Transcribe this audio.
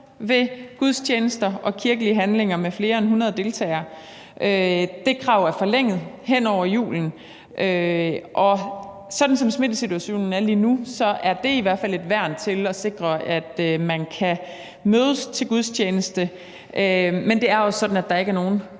ved gudstjenester og kirkelige handlinger med flere end 100 deltagere. Det krav er forlænget hen over julen, og sådan som smittesituationen er lige nu, er det i hvert fald et værn til at sikre, at man kan mødes til gudstjeneste, men det er også sådan, at der ikke er nogen